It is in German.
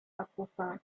abrufbar